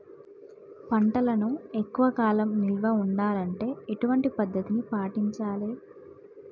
పంటలను ఎక్కువ కాలం నిల్వ ఉండాలంటే ఎటువంటి పద్ధతిని పాటించాలే?